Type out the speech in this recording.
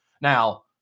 Now